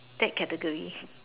that category